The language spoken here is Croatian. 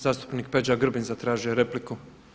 Zastupnik Peđa Grbin zatražio je repliku.